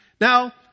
Now